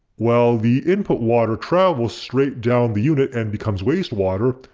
while the input water travels straight down the unit and becomes wastewater,